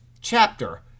chapter